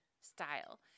style